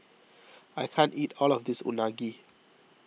I can't eat all of this Unagi